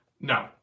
No